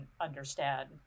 understand